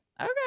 okay